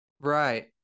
right